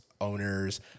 owners